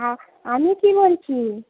আমি কী বলছি